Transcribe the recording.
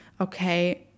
okay